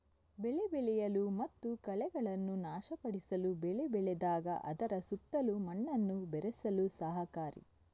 ಬೆಳೆ ಬೆಳೆಯಲು ಮತ್ತು ಕಳೆಗಳನ್ನು ನಾಶಪಡಿಸಲು ಬೆಳೆ ಬೆಳೆದಾಗ ಅದರ ಸುತ್ತಲೂ ಮಣ್ಣನ್ನು ಬೆರೆಸಲು ಸಹಕಾರಿ